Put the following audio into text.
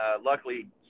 luckily